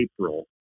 April